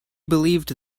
believed